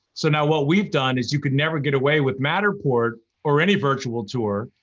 so now what we've done is, you could never get away with matterport or any virtual tour,